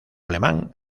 alemán